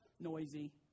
Noisy